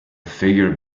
figure